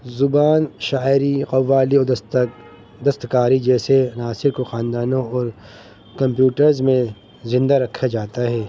زبان شاعری قوالی و دستکاری جیسے عناصر کو خاندانوں اور کمپیوٹرز میں زندہ رکھا جاتا ہے